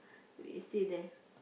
is still there